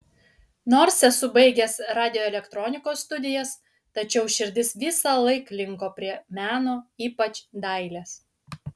nors esu baigęs radioelektronikos studijas tačiau širdis visąlaik linko prie meno ypač dailės